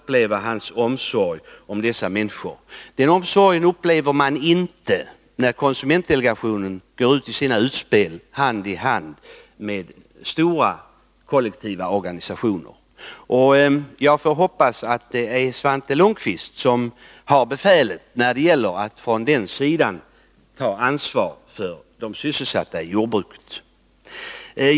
Hans omsorg om dessa människor är rörande. Men denna omsorg upplever man inte, när konsumentdelegationen gör sina utspel hand i hand med stora, kollektiva organisationer. Jag hoppas att det är Svante Lundkvist som har befälet, när man från den sidan skall ta ansvar för de sysselsatta i jordbruket.